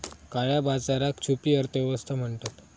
काळया बाजाराक छुपी अर्थ व्यवस्था म्हणतत